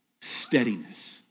steadiness